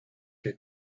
que